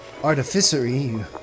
artificery